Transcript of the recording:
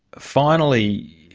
finally,